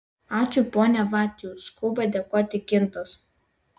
ačiū pone vaciau skuba dėkoti kintas